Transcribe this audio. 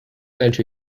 entry